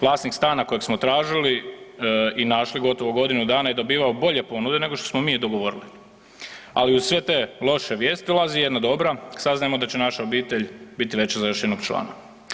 Vlasnik stana kojeg smo tražili i našli gotovo godinu dana je dobivao bolje ponude nego što smo mi dogovorili, ali uz sve te loše vijesti dolazi jedna dobra, saznajemo da će naša obitelj biti veća za još jednog člana.